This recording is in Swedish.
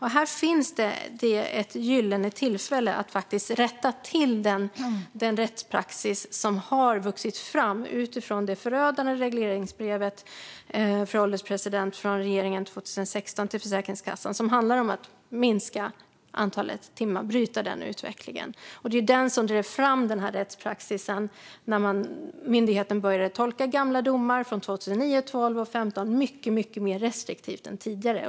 Här finns det ett gyllene tillfälle att rätta till den rättspraxis som vuxit fram utifrån det förödande regleringsbrev från regeringen till Försäkringskassan 2016 som handlade om att minska antalet timmar, att bryta den utvecklingen. Det var det som drev fram den rättspraxis som gjorde att myndigheten började tolka gamla domar från 2009, 2012 och 2015 mycket mer restriktivt än tidigare.